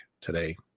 today